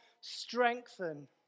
Strengthen